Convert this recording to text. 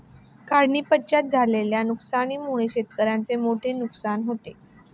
काढणीपश्चात झालेल्या नुकसानीमुळे शेतकऱ्याचे मोठे नुकसान होते